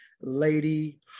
Lady